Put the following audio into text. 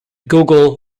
gogol